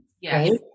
Yes